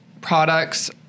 products